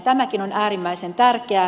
tämäkin on äärimmäisen tärkeää